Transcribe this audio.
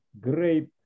great